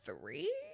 three